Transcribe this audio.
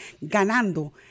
ganando